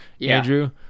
Andrew